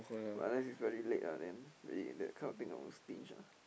but unless it's very late ah then it that kind of thing I won't stinge ah